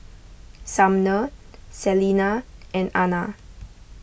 Sumner Celina and Anna